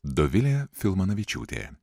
dovilė filmanavičiūtė